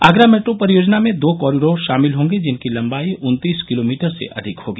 Agra metro परियोजना में दो कॉरिडोर शामिल होंगे जिनकी लम्बाई उन्तीस किलोमीटर से अधिक होगी